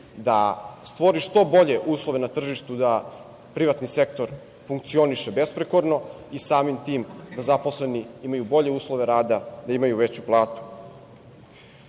da stvori što bolje uslove na tržištu da privatni sektor funkcioniše besprekorno i samim tim da zaposleni imaju bolje uslove rada, da imaju veću platu. Kada